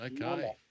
okay